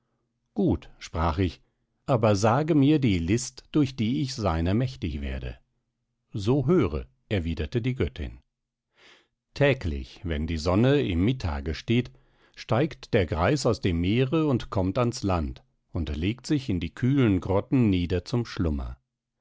gut sprach ich aber sage mir die lift durch die ich seiner mächtig werde so höre erwiderte die göttin täglich wenn die sonne im mittage steht steigt der greis aus dem meere und kommt ans land und legt sich in kühlen grotten nieder zum schlummer